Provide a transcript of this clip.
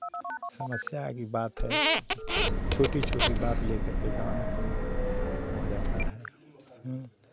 समस्या की बात है मतलब छोटी छोटी बात लेकर के गाँव में तमाशा हो जाता है